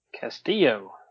Castillo